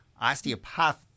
osteopathy